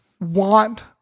want